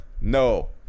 no